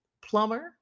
plumber